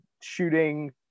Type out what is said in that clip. shooting